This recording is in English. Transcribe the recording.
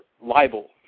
libel